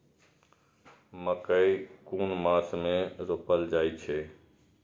मकेय कुन मास में रोपल जाय छै?